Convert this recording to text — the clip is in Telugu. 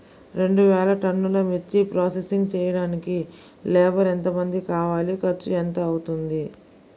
రెండు వేలు టన్నుల మిర్చి ప్రోసెసింగ్ చేయడానికి లేబర్ ఎంతమంది కావాలి, ఖర్చు ఎంత అవుతుంది?